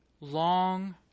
long